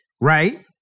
right